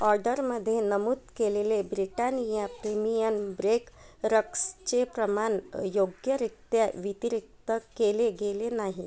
ऑडरमध्ये नमूद केलेले Britannia premium bake रक्सचे प्रमाण योग्यरीत्या वितरित केले गेले नाही